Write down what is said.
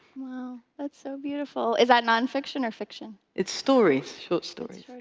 wow, that's so beautiful. is that non-fiction or fiction? it's stories, short stories.